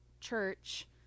church